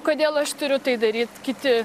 kodėl aš turiu tai daryt kiti